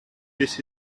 this